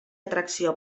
atracció